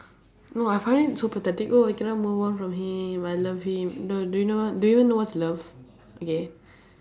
no I find it so pathetic oh I cannot move on from him I love him no do you know what do you know what's love okay